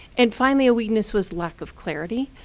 and finally, a weakness was lack of clarity.